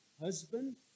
husband